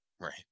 Right